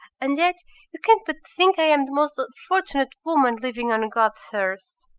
and yet you can't but think i am the most fortunate woman living on god's earth